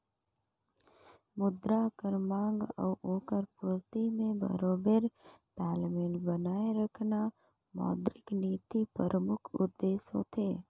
मुद्रा कर मांग अउ ओकर पूरती में बरोबेर तालमेल बनाए रखना मौद्रिक नीति परमुख उद्देस होथे